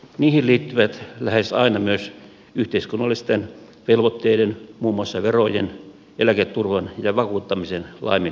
niihin liittyvät lähes aina myös yhteiskunnallisten velvoitteiden muun muassa verojen eläketurvan ja vakuuttamisen laiminlyönnit